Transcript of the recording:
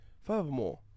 Furthermore